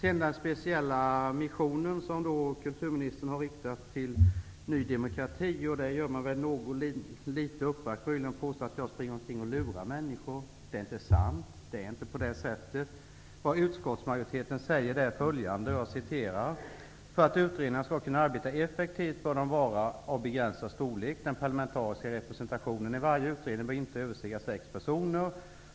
I den speciella mission som kulturministern har riktat till Ny demokrati har man påstått att jag har springer omkring och lurar människor. Det är inte sant. Så är det inte. Utskottsmajoriteten skriver följande: ''För att utredningarna skall kunna arbeta effektivt bör de vara av begränsad storlek. Den parlamentariska representationen i varje utredning bör inte överstiga sex personer.